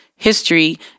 history